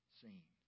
seen